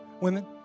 women